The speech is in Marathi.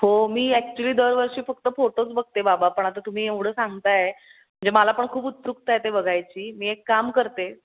हो मी ॲक्च्युली दरवर्षी फक्त फोटोच बघते बाबा पण आता तुम्ही एवढं सांगत आहे म्हणजे मला पण खूप उत्सुकता ते बघायची मी एक काम करते